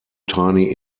tiny